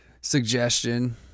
suggestion